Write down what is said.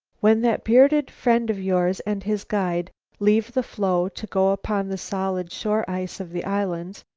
when that bearded friend of yours and his guide leave the floe to go upon the solid shore ice of the islands,